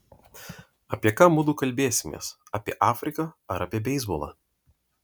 apie ką mudu kalbėsimės apie afriką ar apie beisbolą